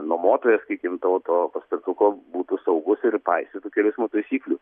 nuomotojas gintauto paspirtuko būtų saugus ir paisytų kelių eismo taisyklių